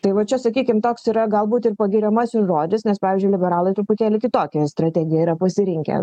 tai va čia sakykim toks yra galbūt ir pagiriamasis žodis nes pavyzdžiui liberalai truputėlį kitokią strategiją yra pasirinkę